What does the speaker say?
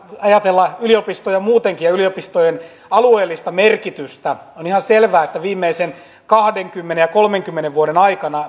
ajatella yliopistoja muutenkin ja yliopistojen alueellista merkitystä on ihan selvää että viimeisen kahdenkymmenen ja kolmenkymmenen vuoden aikana